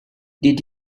did